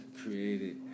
created